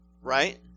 right